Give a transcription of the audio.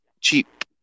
cheap